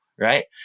Right